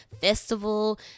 festival